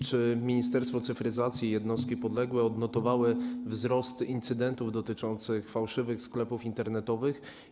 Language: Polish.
Czy Ministerstwo Cyfryzacji i jednostki mu podległe odnotowały wzrost incydentów dotyczących fałszywych sklepów internetowych?